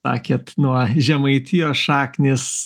sakėt nuo žemaitijos šaknys